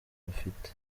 bafite